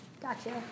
Gotcha